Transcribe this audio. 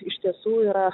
iš tiesų yra